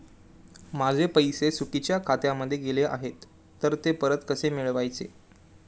माझे पैसे चुकीच्या खात्यामध्ये गेले आहेत तर ते परत कसे मिळवायचे?